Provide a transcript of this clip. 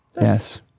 Yes